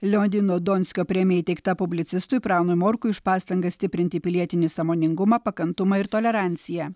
leonido donskio premija įteikta publicistui pranui morkui už pastangas stiprinti pilietinį sąmoningumą pakantumą ir toleranciją